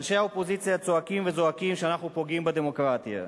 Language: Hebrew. אנשי האופוזיציה צועקים וזועקים שאנחנו פוגעים בדמוקרטיה.